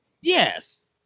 Yes